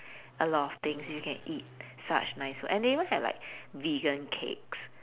a lot of things you can eat such nice food and they even had like vegan cakes